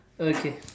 okay